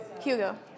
Hugo